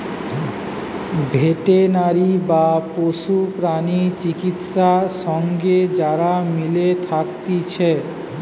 veterinary বা পশু প্রাণী চিকিৎসা সঙ্গে যারা মিলে থাকতিছে